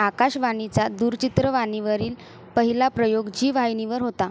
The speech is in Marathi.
आकाशवाणीचा दूरचित्रवाणीवरील पहिला प्रयोग झी वाहिनीवर होता